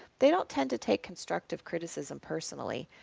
they don't tend to take constructive criticism personally,